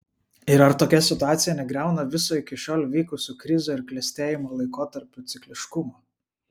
ir ar tokia situacija negriauna viso iki šiol vykusių krizių ir klestėjimo laikotarpių cikliškumo